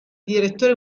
direttore